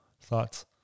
Thoughts